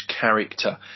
character